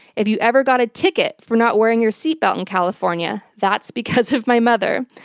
if you ever got a ticket for not wearing your seatbelt in california, that's because of my mother.